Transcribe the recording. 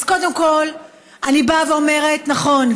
אז קודם כול אני באה ואומרת: נכון,